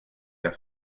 der